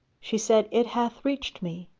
she said, it hath reached me,